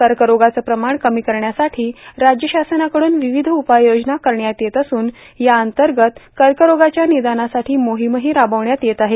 कर्करोगाचं प्रमाण कमी करण्यासाठी राज्य शासनाकडूनही विविध उपाययोजना करण्यात येत असून याअंतर्गत कर्करोगाच्या निदानासाठी मोहिमही राबविण्यात येत आहे